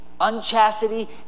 Unchastity